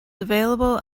available